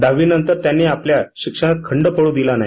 दहावीनंतर त्यांनी आपल्या शिक्षणात खंड पडू दिला नाही